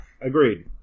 agreed